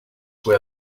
wear